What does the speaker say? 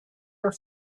are